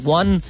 one